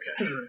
Okay